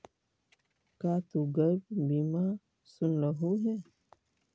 का तु गैप बीमा सुनलहुं हे?